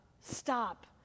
Stop